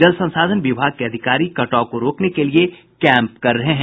जल संसाधन विभाग के अधिकारी कटाव को रोकने के लिये कैंप कर रहे हैं